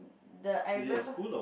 the I remember